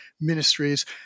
ministries